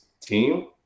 team